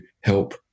help